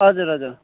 हजुर हजुर